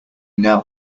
now